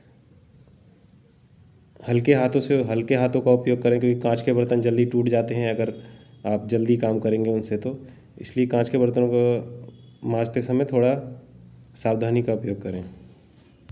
हल्के हाथों से हल्के हाथों का उपयोग करें क्योंकि काँच के बर्तन जल्दी टूट जाते हैं अगर आप जल्दी काम करेंगे उनसे तो इसलिए काँच के बर्तनों को माँजते समय थोड़ा सावधानी का उपयोग करें